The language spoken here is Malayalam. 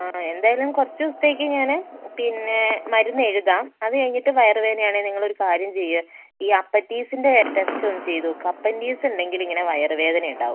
ആ എന്തായാലും കുറച്ച് ദിവസത്തേക്ക് ഞാൻ പിന്നെ മരുന്നെഴുതാം അത് കഴിഞ്ഞിട്ട് വയറ് വേദനയാണെ നിങ്ങളൊരു കാര്യം ചെയ്യ് ഈ അപ്പെൻറ്റീസിൻറ്റെ ടെസ്റ്റൊന്ന് ചെയ്ത് നോക്ക് അപ്പെൻഡീസുണ്ടെങ്കിൽ ഇങ്ങനെ വയറ് വേദനയുണ്ടാകും